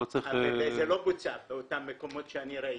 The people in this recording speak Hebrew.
זה לא בוצע במקומות שראיתי.